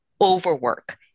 overwork